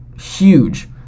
huge